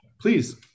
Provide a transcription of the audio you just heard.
Please